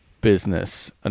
business